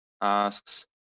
asks